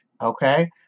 okay